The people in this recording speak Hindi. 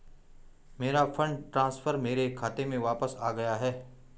मेरा फंड ट्रांसफर मेरे खाते में वापस आ गया है